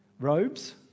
Robes